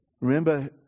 Remember